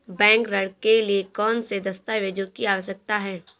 Bank ऋण के लिए कौन से दस्तावेजों की आवश्यकता है?